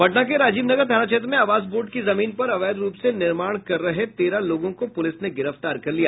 पटना के राजीव नगर थाना क्षेत्र में आवास बोर्ड की जमीन पर अवैध रूप से निर्माण कर रहे तेरह लोगों को पुलिस ने गिरफ्तार कर लिया